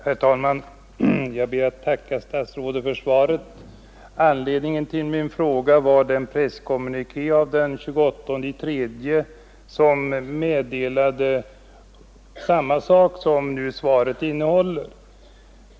Herr talman! Jag ber att få tacka statsrådet för svaret. Anledningen till min fråga var den presskommuniké av den 28 mars som meddelade samma sak som nu svaret innehåller.